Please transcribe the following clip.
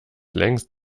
längst